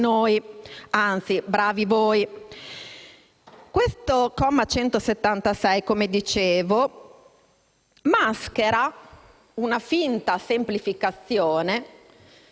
anzi, bravi voi. Questo comma 176 maschera una finta semplificazione